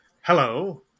Hello